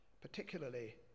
particularly